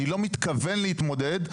אני לא מתכוון להתמודד.